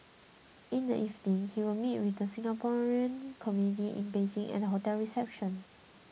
in the evening he will meet with the Singaporean community in Beijing at a hotel reception